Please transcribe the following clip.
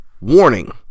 Warning